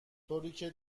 طوریکه